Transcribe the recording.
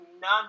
none